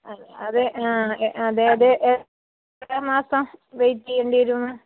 അതേ അതായത് എത്ര മാസം വെയ്റ്റ് ചെയ്യേണ്ടി വരും മാം